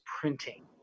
printing